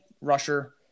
rusher